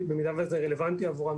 במידה שזה רלוונטי עבורם,